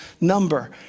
number